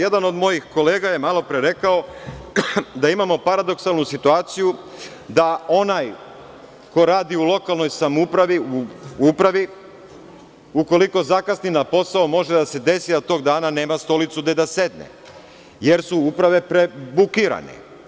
Jedan od mojih kolega je malopre rekao da imamo paradoksalnu situaciju, da onaj ko radi u lokalnoj samoupravi u upravi, ukoliko zakasni na posao, može da se desi da tog dana nema stolicu gde da sedne, jer su uprave prebukirane.